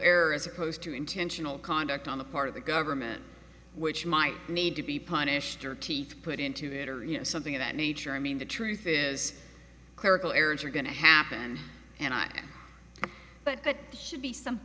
error as opposed to intentional conduct on the part of the government which might need to be punished or teeth put into it or you know something of that nature i mean the truth is clerical errors are going to happen and i but that should be some